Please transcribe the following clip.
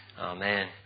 Amen